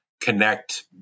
connect